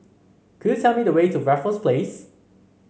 could you tell me the way to Raffles Place